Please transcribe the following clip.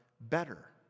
better